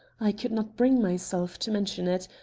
i could not bring myself to mention it.